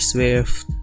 Swift